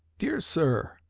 dear sir